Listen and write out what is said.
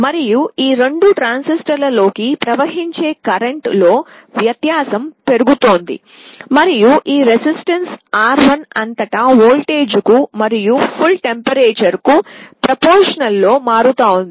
మరియు ఈ రెండు ట్రాన్సిస్టర్లలోకి ప్రవహించే కరెంటు లో వ్యత్యాసం పెరుగుతుంది మరియు ఈ నిరోధకత R1 అంతటా వోల్టేజ్ కు మరియు సంపూర్ణ ఉష్ణోగ్రత కు ప్రపోర్ షనల్ లో మారుతోంది